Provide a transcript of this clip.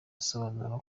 asobanura